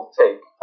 take